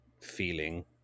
feeling